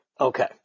Okay